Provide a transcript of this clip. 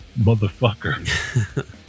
motherfucker